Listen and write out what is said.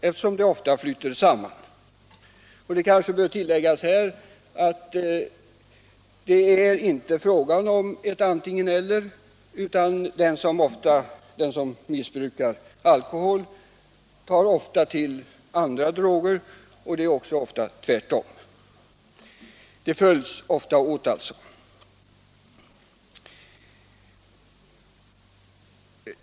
De olika slagen av missbruk flyter ju ofta samman. Det kanske bör tilläggas att det inte är fråga om ett antingen-eller, utan den som missbrukar alkohol tar ofta till andra droger och tvärtom. De olika formerna av missbruk följs ofta åt.